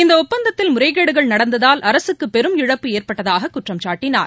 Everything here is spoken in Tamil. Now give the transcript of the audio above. இந்த ஒப்பந்தத்தில் முறைகேடுகள் நடந்ததால் அரசுக்கு பெரும் இழப்பு ஏற்பட்டதாக குற்றம்சாட்டினார்